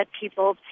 people